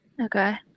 Okay